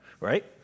right